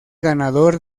ganador